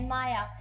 Maya